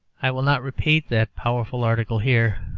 i will not repeat that powerful article here,